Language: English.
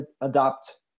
adopt